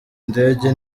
indege